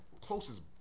Closest